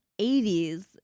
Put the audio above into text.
80s